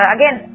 Again